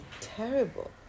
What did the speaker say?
terrible